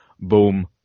Boom